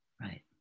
Right